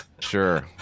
sure